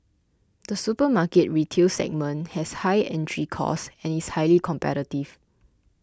the supermarket retail segment has high entry costs and is highly competitive